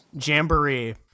Jamboree